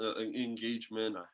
engagement